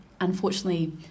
unfortunately